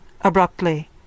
abruptly